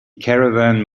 caravan